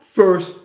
first